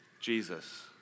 Jesus